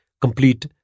complete